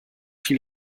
viel